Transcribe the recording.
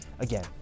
Again